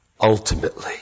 ultimately